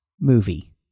movie